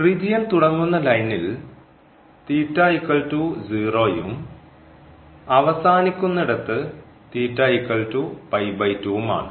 region തുടങ്ങുന്ന ലൈനിൽ യും അവസാനിക്കുന്നിടത്ത് ഉം ആണ്